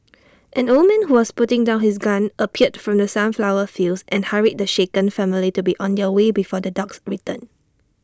an old man who was putting down his gun appeared from the sunflower fields and hurried the shaken family to be on their way before the dogs return